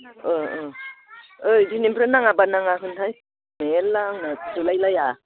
ओइ दिनैनिफ्राय नाङाब्ला नाङा होनहाय मेरला आंना थोलाय लाया